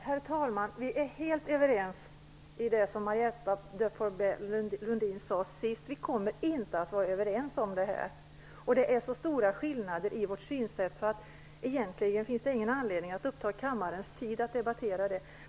Herr talman! Vi är helt överens i det som Marietta de Pourbaix-Lundin sade sist, vi kommer inte att vara överens om det här. Det är så stora skillnader i vårt synsätt att det egentligen inte finns någon anledning att uppta kammarens tid med att debattera det.